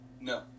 No